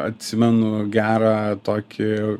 atsimenu gerą tokį